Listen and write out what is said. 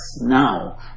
now